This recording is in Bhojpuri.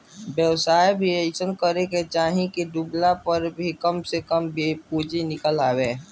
व्यवसाय अइसन करे के चाही की डूबला पअ भी कम से कम पूंजी निकल आवे